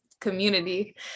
community